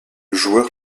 joueur